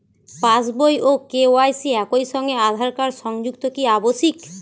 পাশ বই ও কে.ওয়াই.সি একই সঙ্গে আঁধার কার্ড সংযুক্ত কি আবশিক?